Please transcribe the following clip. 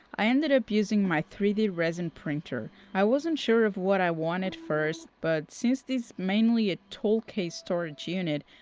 i ended up using my three d resin printer. i wasn't sure of what i wanted first, but since this is mainly a tool case storage unit,